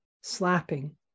slapping